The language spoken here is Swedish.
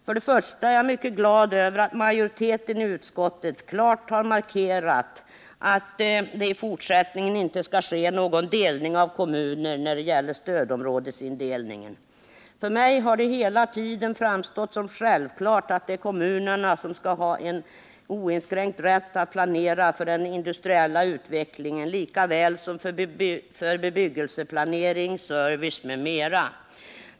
För det första är jag mycket glad över att majoriteten i utskottet klart har markerat att det i fortsättningen inte skall ske någon delning av kommuner när det gäller stödområdesindelningen. För mig har det hela tiden framstått som självklart att det är kommunerna som skall ha en oinskränkt rätt att planera för den industriella utvecklingen lika väl som för bebyggelseplanering, service m.m.